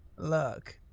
look!